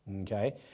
Okay